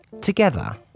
Together